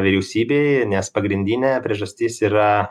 vyriausybėje nes pagrindinė priežastis yra